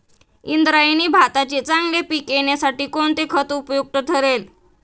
इंद्रायणी भाताचे चांगले पीक येण्यासाठी कोणते खत उपयुक्त ठरेल?